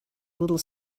little